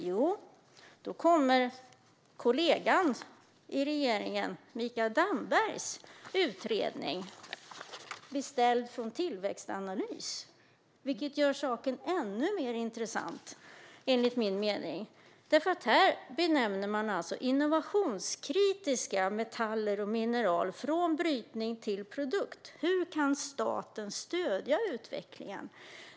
Jo, då kommer utredningen till kollegan i regeringen, Mikael Damberg, beställd från Tillväxtanalys, vilket gör saken ännu mer intressant. Utredningen har fått titeln Innovationskritiska metaller och mineral från brytning till produkt - hur kan staten stödja utvecklingen?